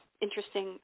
interesting